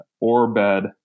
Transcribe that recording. Orbed